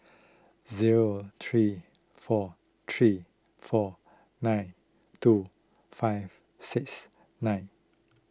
zero three four three four nine two five six nine